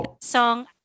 song